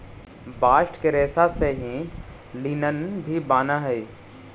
bast के रेसा से ही लिनन भी बानऽ हई